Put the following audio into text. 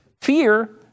Fear